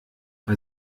bei